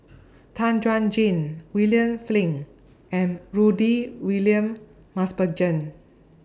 Tan Chuan Jin William Flint and Rudy William Mosbergen